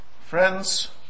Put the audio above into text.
Friends